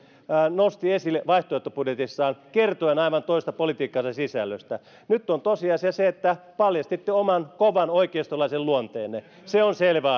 nosti esille vaihtoehtobudjetissaan kertoen aivan toista politiikkansa sisällöstä nyt on tosiasia se että paljastitte oman kovan oikeistolaisen luonteenne se on selvä